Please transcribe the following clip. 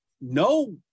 no